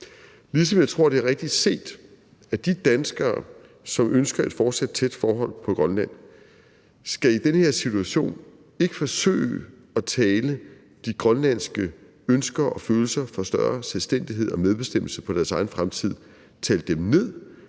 ligesom jeg tror, det er rigtigt set, at de danskere, som ønsker et fortsat tæt forhold til Grønland, i den her situation ikke skal forsøge at tale de grønlandske ønsker og følelser for større selvstændighed og medbestemmelse på deres egen fremtid ned,